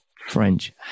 French